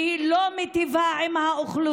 והיא לא מיטיבה עם האוכלוסייה.